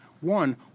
One